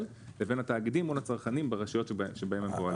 לבין התאגידים מול הצרכנים ברשויות שבהן הם פועלים.